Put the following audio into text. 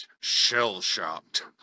shell-shocked